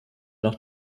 nach